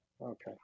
Okay